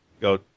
go